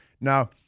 Now